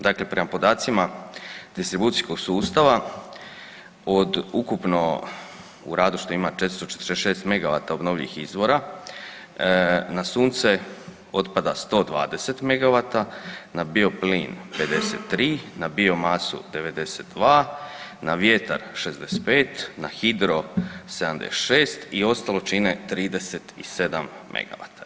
Dakle, prema podacima distribucijskog sustava, od ukupno u radu što ima 446 megavata obnovljivih izvora, na sunce otpada 120 megavata, na biplin 53, na biomasu 92, na vjetar 65, na hidro 76 i ostalo čine 37 megavata.